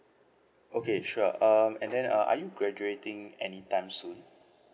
okay sure uh and then uh are you graduating anytime soon